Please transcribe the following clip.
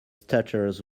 stutters